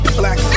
black